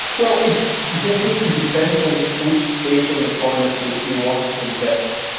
well, it definitely depends on which stage of the project you you want to invest.